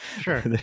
sure